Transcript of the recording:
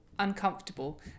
Uncomfortable